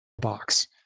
box